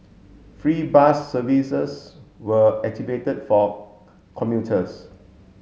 free bus services were activated for commuters